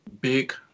big